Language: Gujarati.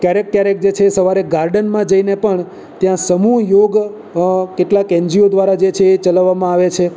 ક્યારેક ક્યારેક જે છે સવારે ગાર્ડનમાં જઈને પણ ત્યાં સમૂહ યોગ કેટલાક એનજીઓ દ્વારા જે છે એ ચલાવવામાં આવે છે